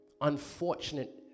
unfortunate